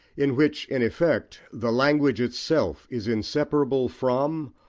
in which, in effect, the language itself is inseparable from,